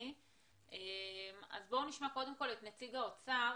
נשמע את נציג האוצר.